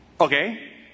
Okay